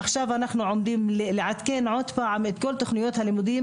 עכשיו אנחנו עומדים לעדכן עוד פעם את כל תוכניות הלימודים,